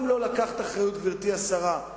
גם לא לקחת אחריות, גברתי השרה,